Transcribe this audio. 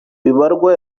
bibarwa